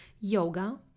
Yoga